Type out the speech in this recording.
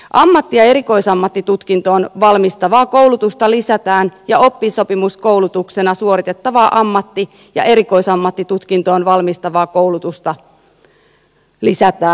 ammatti ja erikoisammattitutkintoon valmistavaa koulutusta lisätään ja oppisopimuskoulutuksena suoritettavaa ammatti ja erikoisammattitutkintoon valmistavaa koulutusta lisätään